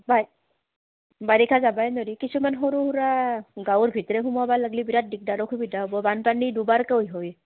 বা বাৰিষা যাবই নোৱাৰি কিছুমান সৰুসুৰা গাঁৱৰ ভিতৰত সোমাব লাগিলে বিৰাট দিগদাৰ অসুবিধা হ'ব বানপানী দুবাৰকৈ হয়